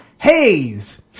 Haze